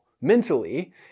mentally